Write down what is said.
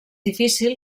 difícil